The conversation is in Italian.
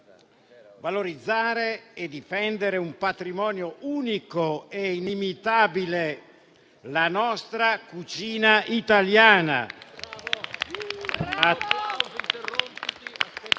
valorizzare e difendere un patrimonio unico e inimitabile, qual è la nostra cucina italiana.